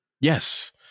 Yes